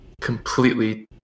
completely